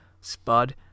Spud